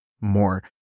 more